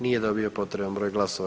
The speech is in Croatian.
Nije dobio potreban broj glasova.